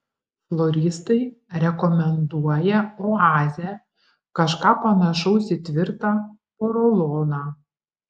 floristai rekomenduoja oazę kažką panašaus į tvirtą poroloną